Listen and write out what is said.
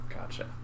Gotcha